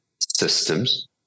systems